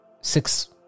six